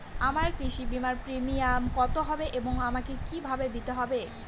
আমার কৃষি বিমার প্রিমিয়াম কত হবে এবং আমাকে কি ভাবে দিতে হবে?